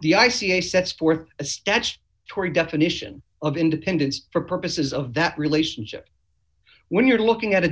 the i c a sets forth a statue tory definition of independence for purposes of that relationship when you're looking at a